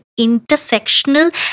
intersectional